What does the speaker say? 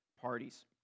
parties